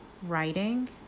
writing